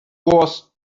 was